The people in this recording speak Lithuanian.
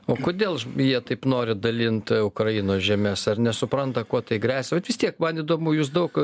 o kodėl jie taip nori dalint ukrainos žemes ar nesupranta kuo tai gresia bet vis tiek man įdomu jūs daug